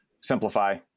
simplify